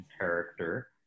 character